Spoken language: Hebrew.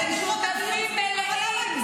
אתם שותפים מלאים,